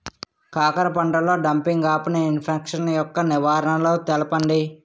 కాకర పంటలో డంపింగ్ఆఫ్ని ఇన్ఫెక్షన్ యెక్క నివారణలు తెలపండి?